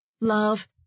Love